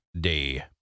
Day